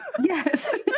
yes